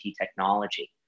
technology